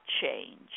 change